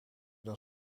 dan